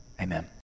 Amen